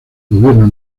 gobierno